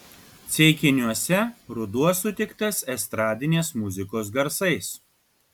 ceikiniuose ruduo sutiktas estradinės muzikos garsais